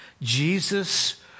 jesus